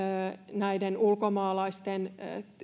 näiden ulkomaalaisten